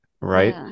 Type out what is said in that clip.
right